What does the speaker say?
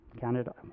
Canada